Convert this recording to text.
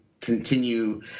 continue